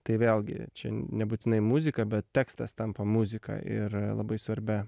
tai vėlgi nebūtinai muzika bet tekstas tampa muzika ir labai svarbia